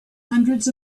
hundreds